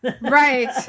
Right